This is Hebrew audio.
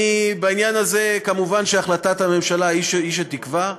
בעניין הזה מובן שהחלטת הממשלה היא שתקבע.